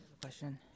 question